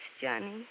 Johnny